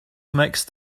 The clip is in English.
mixed